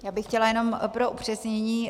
Já bych chtěla jenom pro upřesnění.